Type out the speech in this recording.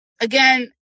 again